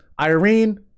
Irene